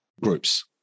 groups